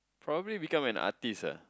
probably become an artist ah